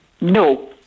No